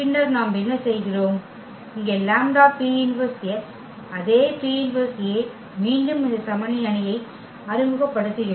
பின்னர் நாம் என்ன செய்கிறோம் இங்கே லாம்ப்டா P−1 x அதே P−1A மீண்டும் இந்த சமனி அணியை அறிமுகப்படுத்தியுள்ளோம்